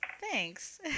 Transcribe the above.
Thanks